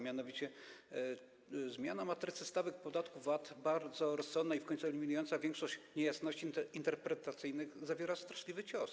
Mianowicie zmiana matrycy stawek podatku VAT, bardzo rozsądna i w końcu eliminująca większość niejasności interpretacyjnych, zawiera jednak straszliwy cios.